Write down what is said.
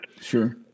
Sure